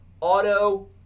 auto